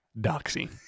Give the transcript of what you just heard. Doxy